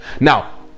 now